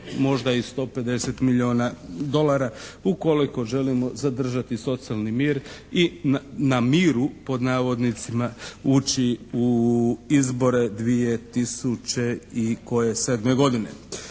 možda i 150 milijuna dolara ukoliko želimo zadržati socijalni mir i na "miru" ući u izbore 2007. godine.